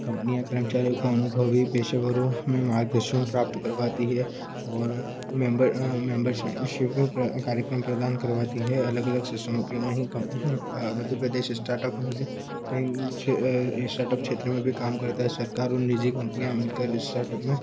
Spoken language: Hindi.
कम्पनियाँ कर्मचारियों को अनुभवी पेशेवरों में मार्गदर्शन प्राप्त करवाती है और मेम्बर मेम्बर शिप कार्यक्रम प्रदान करवाती है अलग अलग सिस्टमों के वहीं मध्य प्रदेश इस्टार्टअप में भी कहीं इस्टार्टअप क्षेत्र में भी काम करता है सरकार और निजी कम्पनियाँ मिल कर इस्टार्टअप में